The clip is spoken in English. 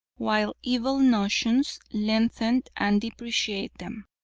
while evil notions lengthen and depreciate them.